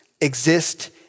exist